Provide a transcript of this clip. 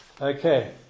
Okay